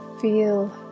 feel